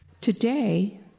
Today